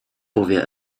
powie